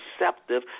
receptive